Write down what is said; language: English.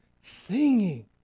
singing